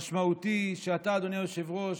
משמעותי, שאתה, אדוני היושב-ראש,